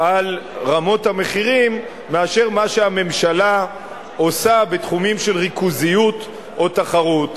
על רמות המחירים מאשר מה שהממשלה עושה בתחומים של ריכוזיות או תחרותיות.